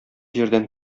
җирдән